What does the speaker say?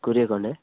କୋଡିଏ ଖଣ୍ଡେ